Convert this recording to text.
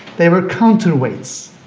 they were counterweights.